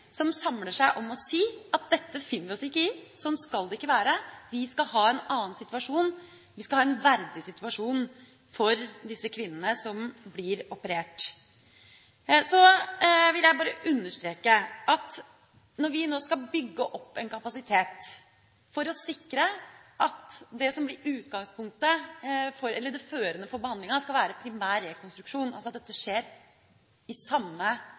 som samler seg om å si at dette finner vi oss ikke i, sånn skal det ikke være, vi skal ha en annen situasjon, vi skal ha en verdig situasjon for disse kvinnene som blir operert. Så vil jeg bare understreke at når vi nå skal bygge opp en kapasitet for å sikre at det førende for behandlinga skal være primær rekonstruksjon, altså at dette skjer i samme